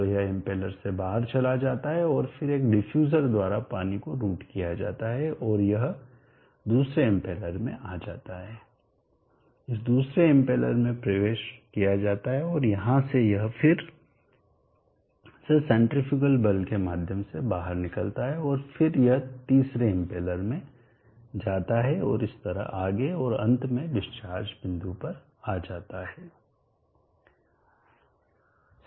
तो यह इम्पेलर से बाहर चला जाता है और फिर एक डिफ्यूजर द्वारा पानी को रूट कर दिया जाता है और यह दूसरे इम्पेलर में आ जाता है इसे दूसरे इम्पेलर में प्रवेश किया जाता है और यहाँ से यह फिर से सेन्ट्रीफ्यूगल बल के माध्यम से बाहर निकलता है और फिर यह तीसरे इम्पेलर में जाता है और इस तरह आगे और अंत में डिस्चार्ज discharge निर्वहन बिंदु पर आ जाता है